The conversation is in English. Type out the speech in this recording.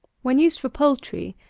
when used for poultry,